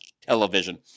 television